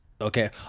okay